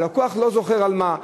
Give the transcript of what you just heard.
הלקוח לא זוכר על מה,